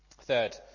Third